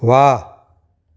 वाह